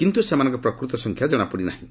କିନ୍ତୁ ସେମାନଙ୍କର ପ୍ରକୃତ ସଂଖ୍ୟା ଜଣାପଡ଼ି ନାହିଁ